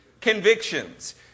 convictions